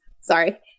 Sorry